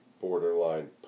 borderline